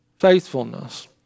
faithfulness